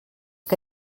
que